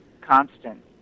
constant